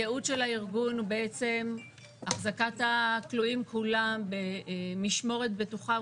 הייעוד של הארגון הוא החזקת הכלואים כולם במשמורת בטוחה,